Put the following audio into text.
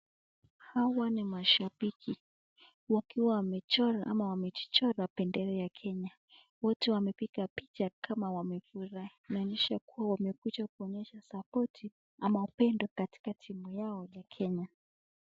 Hawa ni washabiki wakiwa wamechora ama wamejichora bendera ya Kenya. Wote wamepiga picha kama wamefurahi kumaanisha kuwa wamekiua kuonyesha supporti ama upendo katika timu yao ya Kenya.